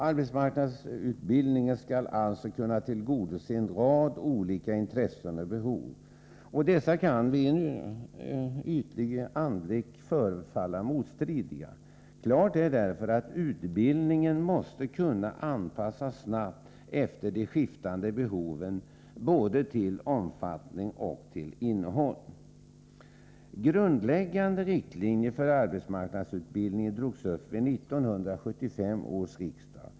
Arbetsmarknadsutbildningen skall alltså kunna tillgodose en rad olika intressen och behov. Dessa kan vid en ytlig anblick förefalla motstridiga. Klart är därför att utbildningen måste kunna anpassas snabbt efter de skiftande behoven, både till omfattning och till innehåll. Grundläggande riktlinjer för arbetsmarknadsutbildningen drogs upp vid 1975 års riksdag.